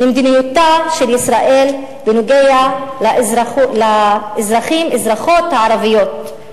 למדיניותה של ישראל בנוגע לאזרחיות הערביות,